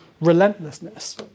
relentlessness